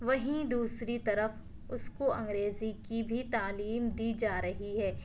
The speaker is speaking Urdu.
وہیں دوسری طرف اس کو انگریزی کی بھی تعلیم دی جا رہی ہے